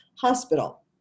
hospital